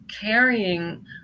carrying